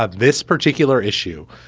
ah this particular issue.